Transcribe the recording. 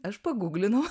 aš pagūglinau